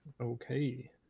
okay